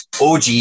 OG